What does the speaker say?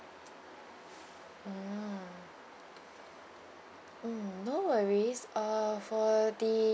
mm mm no worries uh for the